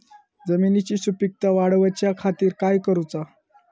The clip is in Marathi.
जमिनीची सुपीकता वाढवच्या खातीर काय करूचा?